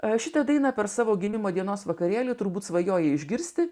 aš šitą dainą per savo gimimo dienos vakarėlį turbūt svajojai išgirsti